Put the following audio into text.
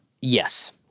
Yes